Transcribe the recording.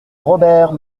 robert